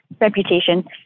reputation